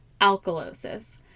alkalosis